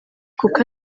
kuko